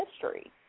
history